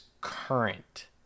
current